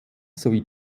sowie